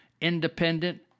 independent